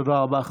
תודה רבה.